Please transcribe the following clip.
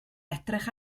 edrych